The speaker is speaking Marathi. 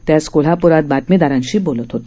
ते आज कोल्हाप्रात बातमीदारांशी बोलत होते